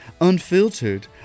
unfiltered